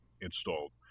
installed